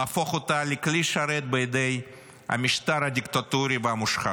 להפוך אותה לכלי שרת בידי המשטר הדיקטטורי והמושחת.